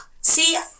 See